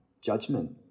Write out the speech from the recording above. judgment